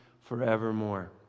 forevermore